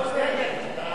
נגד.